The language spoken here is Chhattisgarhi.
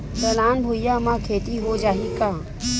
ढलान भुइयां म खेती हो जाही का?